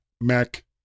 Mac